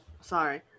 Sorry